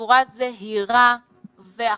בצורה זהירה ואחראית.